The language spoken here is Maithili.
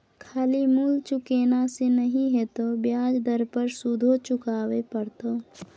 खाली मूल चुकेने से नहि हेतौ ब्याज दर पर सुदो चुकाबे पड़तौ